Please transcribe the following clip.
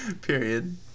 Period